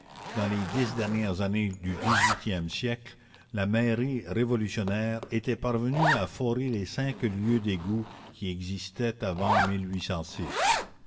dans les dix dernières années du dix-huitième siècle la mairie révolutionnaire étaient parvenues à forer les cinq lieues d'égouts qui existaient avant